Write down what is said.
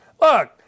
Look